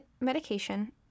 medication